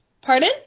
Pardon